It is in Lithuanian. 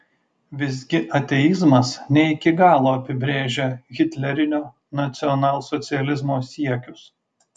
visgi ateizmas ne iki galo apibrėžia hitlerinio nacionalsocializmo siekius